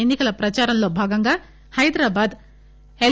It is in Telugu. ఎన్ని కల ప్రచారంలో భాగంగా హైదరాబాద్ ఎల్